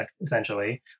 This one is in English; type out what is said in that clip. essentially